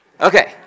Okay